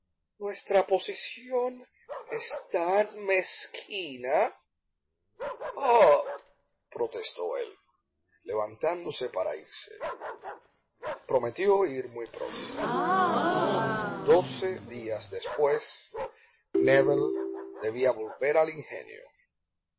nuestra posición es tan mezquina oh protestó él levantándose para irse prometió ir muy pronto doce días después nébel debía volver al ingenio